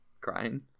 Crying